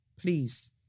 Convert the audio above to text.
please